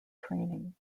training